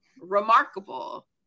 remarkable